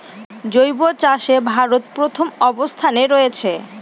জৈব চাষে ভারত প্রথম অবস্থানে রয়েছে